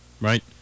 right